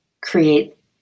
create